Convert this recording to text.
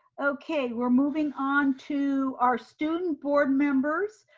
okay, we're moving on to our student board members.